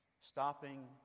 stopping